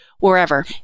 Wherever